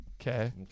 Okay